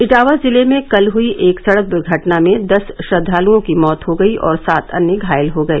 इटावा जिले में कल हुई एक सडक दुर्घटना में दस श्रद्वालुओं की मौत हो गयी और सात अन्य घायल हो गए